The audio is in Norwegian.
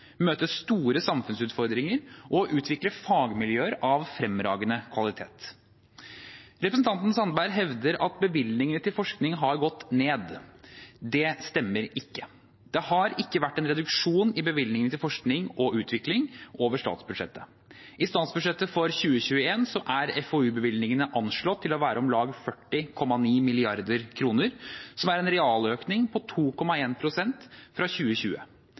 store samfunnsutfordringer og utvikle fagmiljøer av fremragende kvalitet. Representanten Sandberg hevder at bevilgningene til forskning har gått ned. Det stemmer ikke. Det har ikke vært en reduksjon i bevilgningene til forskning og utvikling over statsbudsjettet. I statsbudsjettet for 2021 er FoU-bevilgningene anslått til å være om lag 40,9 mrd. kr, som er en realøkning på 2,1 pst. fra 2020. I 2018 og i 2020